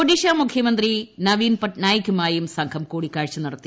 ഒഡീഷ മുഖ്യമന്ത്രി നവീൻ പട്നായികുമായും സംഘം കൂടിക്കാഴ്ച നടത്തി